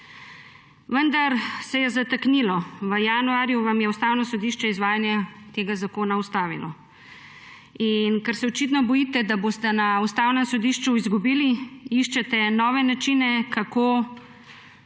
Vendar se je zataknilo. V januarju vam je Ustavno sodišče izvajanje tega zakona ustavilo. In ker se očitno bojite, da boste na Ustavnem sodišču izgubili, iščete nove načine, kako